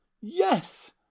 Yes